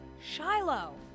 Shiloh